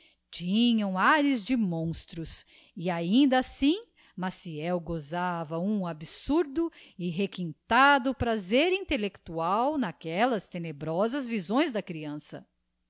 tinham ares de monstros e ainda assim maciel gosava um absurdo e requintado prazer intellectual n'aquellas tenebrosas visões da creança